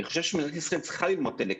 אני חושב שמדינת ישראל צריכה ללמוד את הלקח,